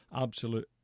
absolute